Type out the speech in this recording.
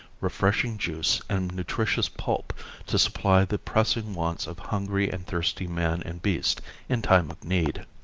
refreshing juice and nutritious pulp to supply the pressing wants of hungry and thirsty man and beast in time of need.